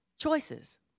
choices